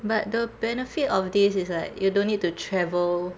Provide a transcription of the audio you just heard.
but the benefit of this is like you don't need to travel